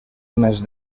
més